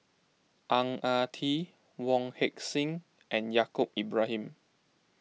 Ang Ah Tee Wong Heck Sing and Yaacob Ibrahim